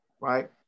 right